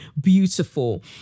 beautiful